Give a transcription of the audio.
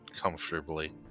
comfortably